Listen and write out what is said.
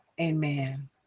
Amen